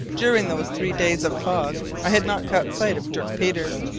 during those three days of fog i had not caught sight of dirk peters,